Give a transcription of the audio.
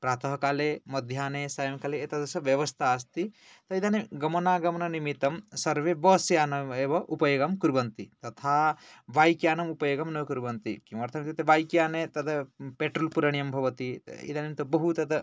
प्रात काले मध्याह्ने सायं काले एतादृशव्यवस्था अस्ति इदानीं गमनागमननिमित्तं सर्वे बस् यानम् एव उपयोगं कुर्वन्ति तथा बैक् यानम् उपयोगं न कुर्वन्ति किमर्थम् इत्युक्ते बैक् याने तत् पेट्रोल् पूरणीयं भवति इदानीं बहु तत्